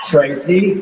Tracy